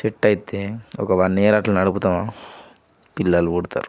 set అయితే ఒక one year అట్లా నడుపుతం పిల్లలు పుడతరు